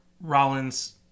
rollins